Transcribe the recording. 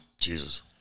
Jesus